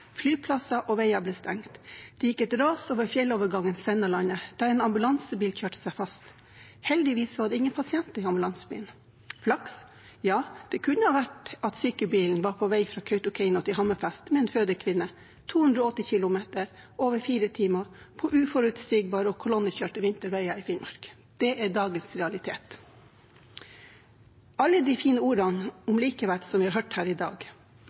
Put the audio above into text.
Flyplasser og veier ble stengt. Det gikk et ras over fjellovergangen Sennalandet, der en ambulansebil kjørte seg fast. Heldigvis var det ingen pasient i ambulansebilen. Flaks, for det kunne ha vært at sykebilen var på vei fra Kautokeino til Hammerfest med en fødekvinne – 280 km og over fire timer på uforutsigbare og kolonnekjørte vinterveier i Finnmark. Det er dagens realitet. Alle de fine ordene om likeverd som vi har hørt her i dag,